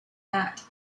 not